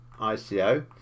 ICO